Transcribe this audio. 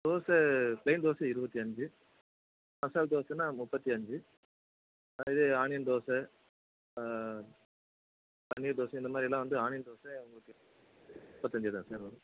dosa plain dosa இருபத்தி அஞ்சு மசால் தோசைனா முப்பத்து அஞ்சு இதே ஆனியன் தோசை பன்னீர் தோசை இந்த மாதிரியல்லாம் வந்து ஆனியன் தோசை உங்களுக்கு முப்பத்தஞ்சு தான் சார் வரும்